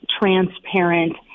transparent